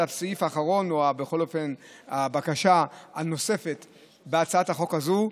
זה הסעיף האחרון או הבקשה הנוספת בהצעת החוק הזאת,